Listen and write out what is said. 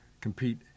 compete